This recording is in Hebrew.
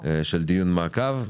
של דיון המעקב.